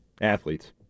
Athletes